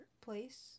place